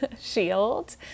shield